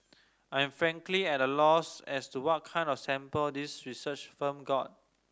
I am frankly at a loss as to what kind of sample this research firm got